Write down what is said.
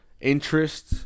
interest